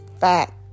fact